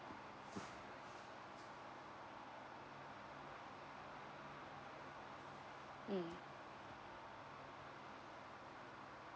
mm